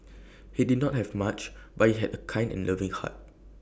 he did not have much but he had A kind and loving heart